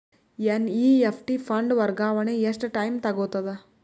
NEFT fund ವರ್ಗಾವಣೆ ಎಷ್ಟ time ತೋಗೊತದ?